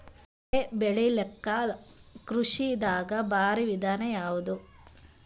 ಬೆಳೆ ಬೆಳಿಲಾಕ ಕೃಷಿ ದಾಗ ಭಾರಿ ವಿಧಾನ ಯಾವುದು?